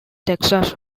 texas